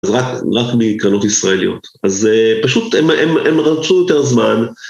רק מקרנות ישראליות, אז פשוט הם רצו יותר זמן.